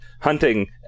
hunting